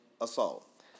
assault